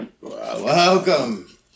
Welcome